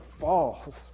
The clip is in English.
falls